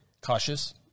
Cautious